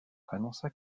annonça